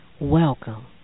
Welcome